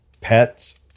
pets